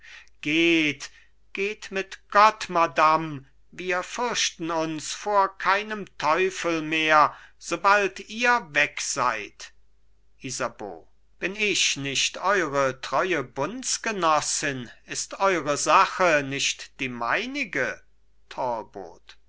geht geht mit gott madame wir fürchten uns vor keinem teufel mehr sobald ihr wegseid isabeau bin ich nicht eure treue bundsgenossin ist eure sache nicht die meinige